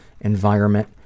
environment